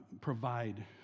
provide